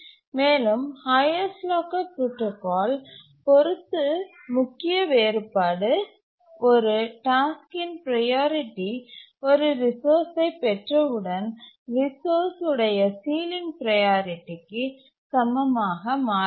மேலும் highest locker protocol பொறுத்து முக்கிய வேறுபாடு ஒரு டாஸ்க்கின் ப்ரையாரிட்டி ஒரு ரிசோர்ஸ்சை பெற்றவுடன் ரிசோர்ஸ் உடைய சீலிங் ப்ரையாரிட்டிக்கு சமமாக மாறாது